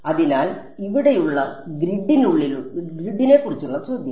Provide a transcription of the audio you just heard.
അതിനാൽ ഇവിടെയുള്ള ഗ്രിഡിനെക്കുറിച്ചുള്ള ചോദ്യം